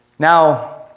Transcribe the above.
now,